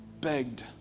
begged